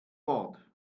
bord